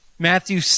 Matthew